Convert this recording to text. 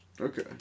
Okay